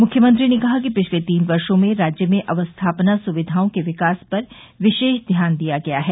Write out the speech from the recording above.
मुख्यमंत्री ने कहा कि पिछले तीन वर्षो में राज्य में अवस्थापना सुविघाओं के विकास पर विशेष ध्यान दिया गया है